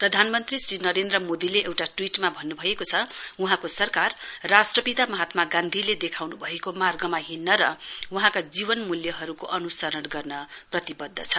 प्रधानमन्त्री श्री नरेन्द्र मोदीले एउटा ट्वीटमा भन्नुभएको छ वहाँको सरकार राष्ट्रपिता महात्मा गान्धीले देखाउनु भएको मार्गमा हिँइन र वहाँका जीवन मूल्यहरुको अनुसरण गर्न प्रतिवद्द छ